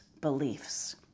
beliefs